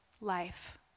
life